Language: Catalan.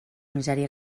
misèria